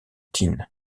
teen